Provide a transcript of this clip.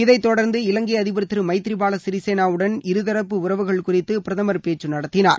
இதை தொடர்ந்து இலங்கை அதிபர் திரு மைதிரிபாவா சிரிசேனாவுடன் இருதரப்பு உறவுகள் குறித்து பிரதமர் பேச்சு நடத்தினார்